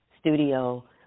studio